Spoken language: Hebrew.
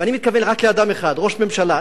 אני מתכוון רק לאדם אחד: ראש ממשלה.